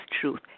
truth